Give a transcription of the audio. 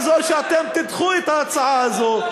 לכן זה לא יעזור שאתם תדחו את ההצעה הזאת.